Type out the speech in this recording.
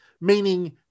meaning